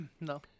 no